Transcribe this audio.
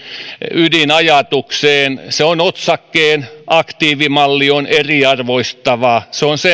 ydinajatukseen se on otsakkeen aktiivimalli on eriarvoistava